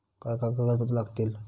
काय काय कागदपत्रा लागतील?